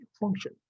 function